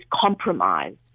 compromised